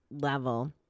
level